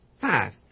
five